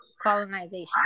colonization